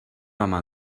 home